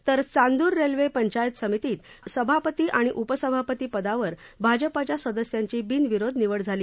तर चांद्र रेल्वे पंचायत समितीत सभापती आणि उपसभापती पदावर भाजपाच्या सदस्यांची बिनविरोध निवड झाली